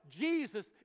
Jesus